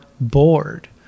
bored